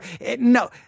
no